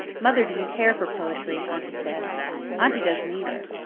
mother didn't care for poetry, aunty says aunty doesn't either.